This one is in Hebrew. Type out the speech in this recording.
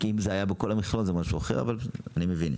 אם זה היה בכול המכלול, זה משהו אחר אבל אני מבין.